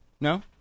No